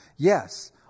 Yes